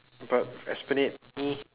but esplanade !ee!